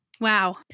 Wow